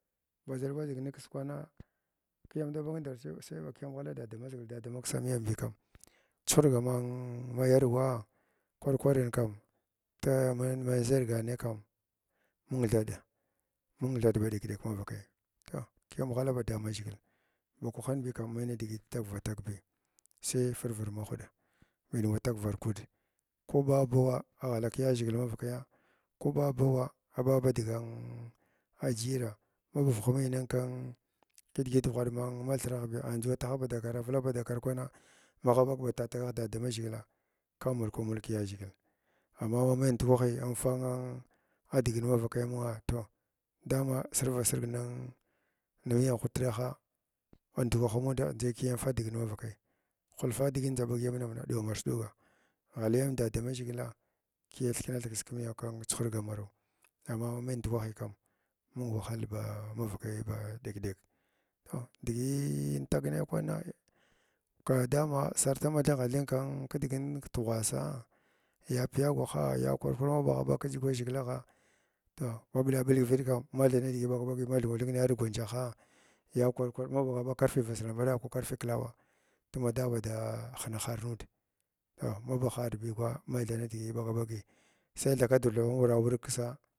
Badʒal badzig niks kwana ah kiyam ndaɓaga ndarchi sai ba kiyam ghala dadamaʒhgili dada maksa miyambi kam chuhurga ma ma yerwa kur kwarin kam toh ma man sh ʒhargan naykam mung haɗa mun thaɗ ba ɗek-ɗeka munvakai toh kiyam ghala badamaʒhgila ba kwahin bi kam mai nidigi tagva tag bi sai bafrvid mahwaɗa bin wa tagvar kuudr ko ɓa bara a ghala kyaʒhigils manvakaya ko ɓa bawa a dadgan jira maba fughiy nin kunn kidigit ghwaɗ ma mathragh biya andʒu ataha ba dakara avula ba dakara kwana magh ɓag ba tatakigh di dadamaʒhgila ka mulkm mulkklaʒhigil amma ma mai ndukwahi amfan an adigin man vakaya amunga toh dama sirva sirga nung na ya ghutaɗakhs band kwaha muda ndʒa kiyam fa digin manvakai shufa diʒnna ndʒa kiyam ɓag nimayam na ɗuwavarsa ɗunga ghalyam dada haʒhgila kiya thikna thing kskimayi kchuhurga maraw amma ma mai nduk wahi kam mun wahala ba bamvakay ba ɗek ɗek toh diʒii tag nay kwana ka dama sarta ma thingha thinga kin ki digina dughwasa yi piyaghwaha ya kwar kwar ma ɓagha bag kdʒuga ʒhigilagha toh ma ɓlaɓlga nivaɗ kam mathni nidigi ɓaga ɓaji ma thunwa thing narg wandʒaha ya kwar kwar ma ɓagha ɓag karfe vaslambaɗa karfe klawa tuma daba dama hinahara nuud toh maba hara bikwa mai thaɓ nidiga ɓagaɓagi sai thakadur thaba ma wura wurg ksaa.